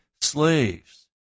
slaves